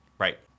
Right